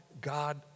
God